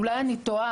אולי אני טועה,